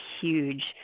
huge